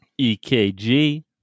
EKG